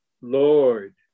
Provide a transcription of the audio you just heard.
Lord